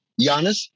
Giannis